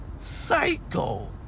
Psycho